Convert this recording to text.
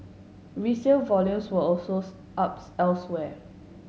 resale volumes were also up elsewhere